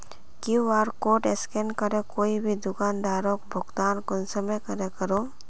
QR code scan करे कोई भी दुकानदारोक भुगतान कुंसम करे करूम?